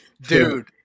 Dude